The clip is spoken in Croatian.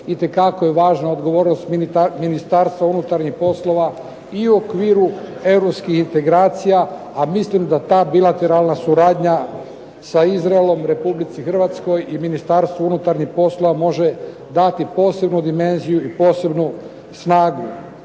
itekako je važna odgovornost Ministarstva unutarnjih poslova i u okviru Europskih integracija, a mislim da ta bilateralna suradnja sa Izraelom Republici Hrvatskoj i Ministarstvu unutarnjih poslova može dati posebnu dimenziju i posebnu snagu.